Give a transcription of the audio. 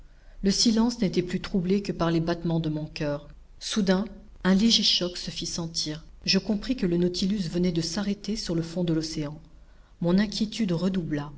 le silence n'était plus troublé que par les battements de mon coeur soudain un léger choc se fit sentir je compris que le nautilus venait de s'arrêter sur le fond de l'océan mon inquiétude redoubla